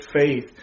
faith